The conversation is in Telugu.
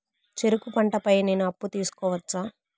చెరుకు పంట పై నేను అప్పు తీసుకోవచ్చా?